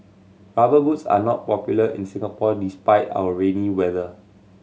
Rubber Boots are not popular in Singapore despite our rainy weather